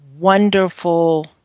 wonderful